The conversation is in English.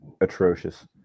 atrocious